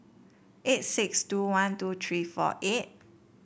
eight six two one two tree four eight